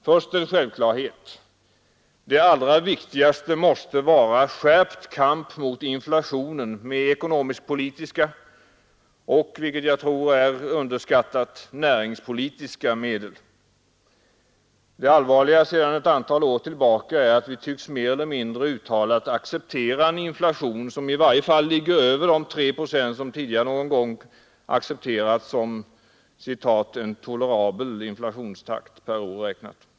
Först en självklarhet: det allra viktigaste måste vara skärpt kamp mot inflationen med ekonomisk-politiska och — vilket jag tror är underskattat — näringspolitiska medel. Det allvarliga sedan ett antal år tillbaka är att vi mer eller mindre uttalat tycks acceptera en inflation som i varje fall ligger över de tre procent som tidigare någon gång accepterats som ”en tolerabel inflationstakt” per år räknat.